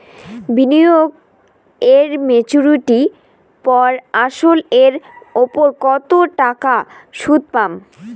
বিনিয়োগ এ মেচুরিটির পর আসল এর উপর কতো টাকা সুদ পাম?